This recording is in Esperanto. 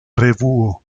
revuo